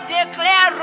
declare